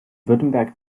württemberg